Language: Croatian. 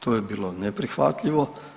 To je bilo neprihvatljivo.